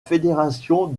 fédération